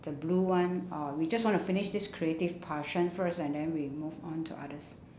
the blue one or we just want to finish this creative portion first and then we move on to others